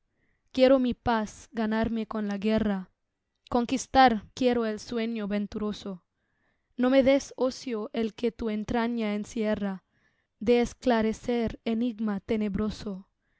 quiero mi paz ganarme con la guerra conquistar quiero el sueño venturoso no me des ocio el que tu entraña encierra de esclarecer enigma tenebroso